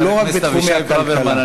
חבר הכנסת אבישי ברוורמן,